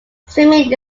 swimming